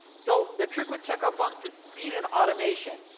so, the trick with checkout bumps is speed and automation.